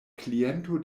kliento